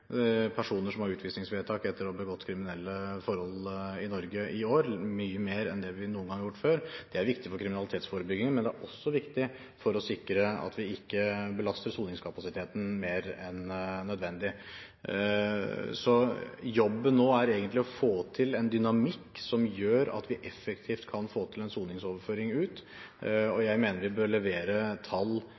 personer som har utvisningsvedtak etter å ha begått kriminelle forhold i Norge i år, mange flere enn det vi noen gang har gjort før. Det er viktig for kriminalitetsforebygging, men det er også viktig for å sikre at vi ikke belaster soningskapasiteten mer enn nødvendig. Så jobben nå er egentlig å få til en dynamikk som gjør at vi effektivt kan få til en soningsoverføring ut, og jeg mener vi bør levere tall